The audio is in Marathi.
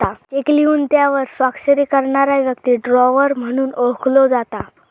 चेक लिहून त्यावर स्वाक्षरी करणारा व्यक्ती ड्रॉवर म्हणून ओळखलो जाता